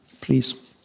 please